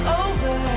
over